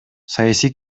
саясий